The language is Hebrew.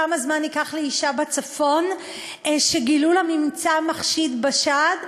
כמה זמן ייקח לאישה בצפון שגילו לה ממצא מחשיד בשד,